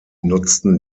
nutzten